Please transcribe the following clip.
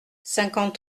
cinquante